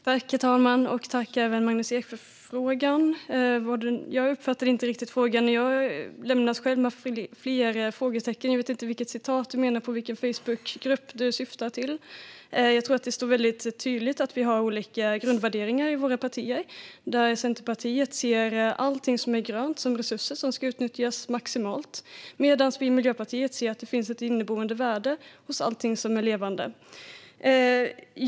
Herr talman! Jag tackar Magnus Ek för frågan, men jag uppfattade den inte riktigt. Jag vet inte vilken Facebookgrupp och vilket uttalande som Magnus Ek syftar på. Det är nog ganska tydligt att vi har olika grundvärderingar i våra partier. Centerpartiet ser allt som är grönt som resurser som ska utnyttjas maximalt. Men vi i Miljöpartiet ser att det finns ett inneboende värde hos allt som är levande.